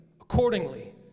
accordingly